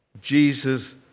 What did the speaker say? Jesus